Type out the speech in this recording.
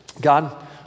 God